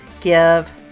Give